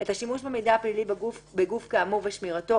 את השימוש במידע הפלילי בגוף כאמור ושמירתו,